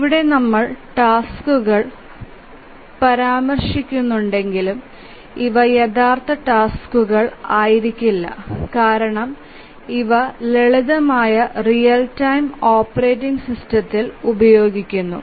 ഇവിടെ നമ്മൾ ടാസ്ക്കുകൾ പരാമർശിക്കുന്നുണ്ടെങ്കിലും ഇവ യഥാർത്ഥ ടാസ്ക്കുകൾ ആയിരിക്കില്ല കാരണം ഇവ ലളിതമായ റിയൽ ടൈം ഓപ്പറേറ്റിംഗ് സിസ്റ്റത്തിൽ ഉപയോഗിക്കുന്നു